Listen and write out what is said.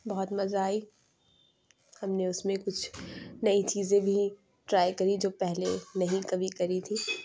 بہت مزا آئی ہم نے اُس میں کچھ نئی چیزیں بھی ٹرائی کری جو پہلے نہیں پہلے کری تھیں